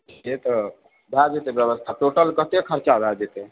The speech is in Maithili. से तऽ भए जेतै व्यवस्था टोटल कते खर्चा भए जेतै